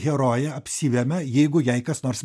herojė apsivemia jeigu jai kas nors